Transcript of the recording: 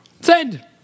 Send